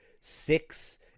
six